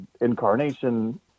incarnation